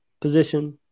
position